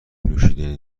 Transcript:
نوشیدنی